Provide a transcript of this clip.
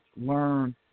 learn